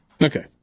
Okay